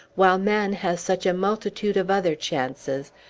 while man has such a multitude of other chances,